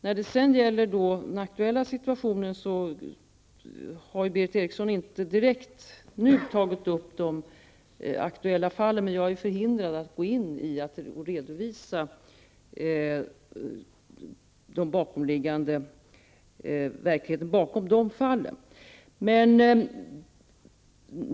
När det gäller situationen i dag har Berith Eriksson nu inte direkt tagit upp de aktuella fallen, och jag är förhindrad att gå in i och redovisa verkligheten bakom fallen.